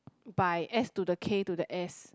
by S to the K to the S